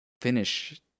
finish